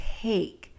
take